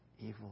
evil